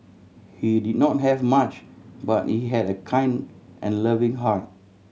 he did not have much but he had a kind and loving heart